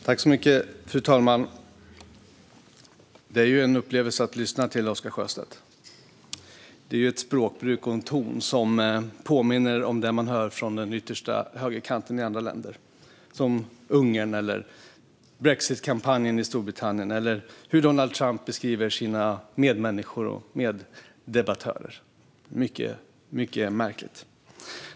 Fru talman! Det är en upplevelse att lyssna till Oscar Sjöstedt. Det är ett språkbruk och en ton som påminner om det man hör från den yttersta högerkanten i andra länder, som i Ungern eller under brexitkampanjen i Storbritannien, eller om hur Donald Trump beskriver sina medmänniskor och meddebattörer. Det är mycket märkligt.